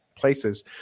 places